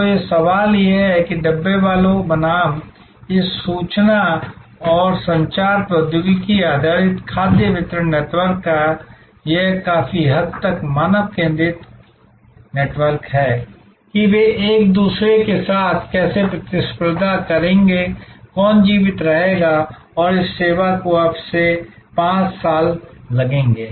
तो सवाल यह है कि डब्बावालों बनाम इस सूचना और संचार प्रौद्योगिकी आधारित खाद्य वितरण नेटवर्क का यह काफी हद तक मानव केंद्रित नेटवर्क है कि वे एक दूसरे के साथ कैसे प्रतिस्पर्धा करेंगे कौन जीवित रहेगा और इस सेवा को अब से 5 साल लगेंगे